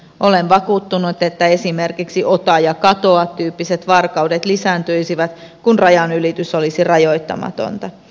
olen vakuuttunut että esimerkiksi ota ja katoa tyyppiset varkaudet lisääntyisivät kun rajanylitys olisi rajoittamatonta